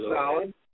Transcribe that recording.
solid